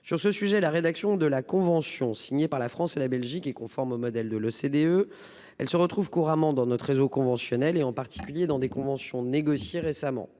Sur ce sujet, la rédaction de la convention signée par la France et la Belgique est conforme au modèle de l'OCDE. De telles dispositions se retrouvent couramment dans notre réseau conventionnel, en particulier dans les conventions négociées récemment.